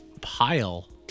pile